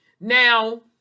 Now